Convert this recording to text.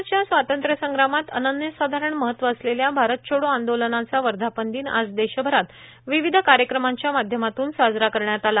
देशाच्या स्वातंत्र्यसंग्रामात अनन्यसाधारण महत्व असलेल्या भारत छोडो आंदोलनचा वर्धापन दिन आज देशभरात विविध कार्यक्रमांच्या माध्यमातून साजरा करण्यात आला